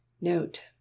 Note